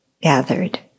gathered